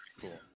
cool